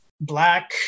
Black